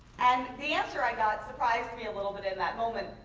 and the answer i got surprised me a little bit in that moment,